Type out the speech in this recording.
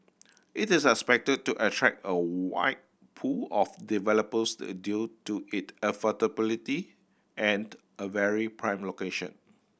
it is expected to attract a wide pool of developers due to it affordability and a very prime location